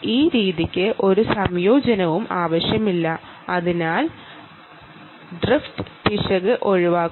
ഈ രീതിക്ക് ഒരു കോമ്പിനേഷനും ആവശ്യമില്ല അതിനാൽ ഡ്രിഫ്റ്റ് ഇറർ ഒഴിവാക്കുന്നു